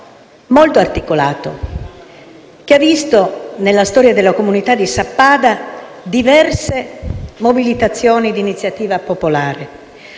molto articolato, che ha visto nella storia della comunità di Sappada diverse mobilitazioni di iniziativa popolare.